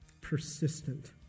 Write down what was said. persistent